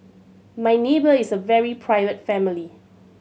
my neighbour is a very private family